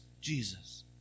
Jesus